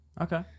okay